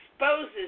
Exposes